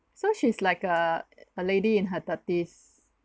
so she's like a a lady in her thirties